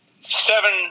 seven